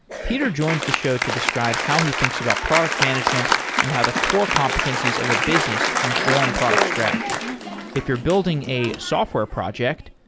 peter joins the show to describe how he thinks about product management and how the core competencies of a business inform product strategy if you're building a software project,